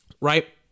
right